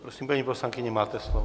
Prosím, paní poslankyně, máte slovo.